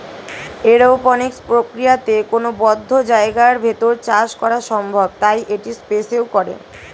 aeroponics প্রক্রিয়াতে কোনো বদ্ধ জায়গার ভেতর চাষ করা সম্ভব তাই এটি স্পেসেও করে